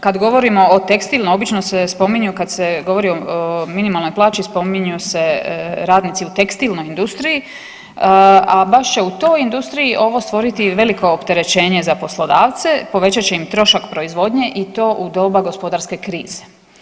Kad govorimo o tekstilnoj obično se spominju kada se govori o minimalnoj plaći spominju se radnici u tekstilnoj industriji, a baš će u toj industriji ovo stvoriti veliko opterećen je za poslodavce, povećat će im trošak proizvodnje i to u doba gospodarske krize.